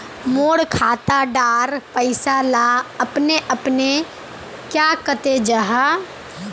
मोर खाता डार पैसा ला अपने अपने क्याँ कते जहा?